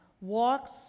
walks